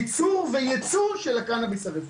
ייצור וייצוא של הקנאביס הרפואי..".